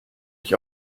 ich